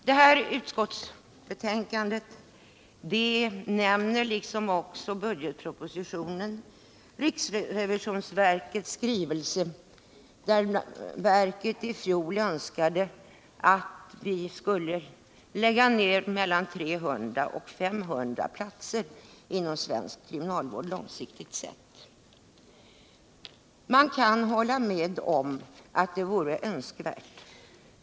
Detta utskottsbetänkande nämner, liksom budgetpropositionen, riksrevisionsverkets skrivelse där det i fjol framfördes en önskan om att vi på lång sikt skulle lägga ned mellan 300 och 500 platser inom svensk kriminalvård. Man kan hålla med om att det vore önskvärt.